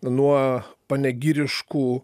nuo panegiriškų